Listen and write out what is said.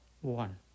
one